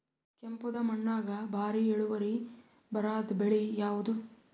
ಕೆಂಪುದ ಮಣ್ಣಾಗ ಭಾರಿ ಇಳುವರಿ ಬರಾದ ಬೆಳಿ ಯಾವುದು?